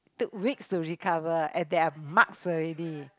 took weeks to recover and there are marks already